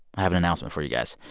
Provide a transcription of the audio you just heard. i have an announcement for you guys.